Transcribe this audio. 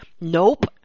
Nope